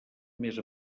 més